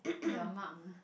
!aiya! Mark ah